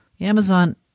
Amazon